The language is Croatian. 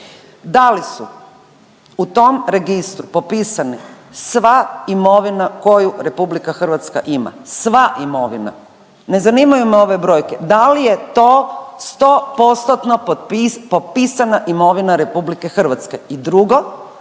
Da li su u tom registru popisani sva imovina koju RH ima, sva imovina, ne zanimaju me ove brojke, da li je to 100%-tno potpis… popisana imovina RH? I drugo